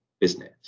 business